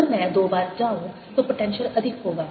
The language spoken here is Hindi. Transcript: अगर मैं दो बार जाऊं तो पोटेंशियल अधिक होगा